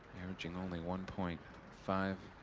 averaging only one point five